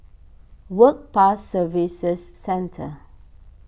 Work Pass Services Centre